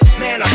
man